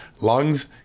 lungs